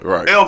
Right